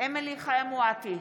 אמילי חיה מואטי,